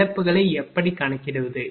இழப்புகளை எப்படி கணக்கிடுவது